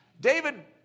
David